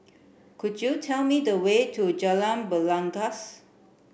could you tell me the way to Jalan Belangkas